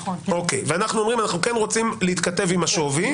ואנו אומרים: אנו רוצים להתכתב עם השווי.